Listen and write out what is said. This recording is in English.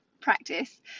practice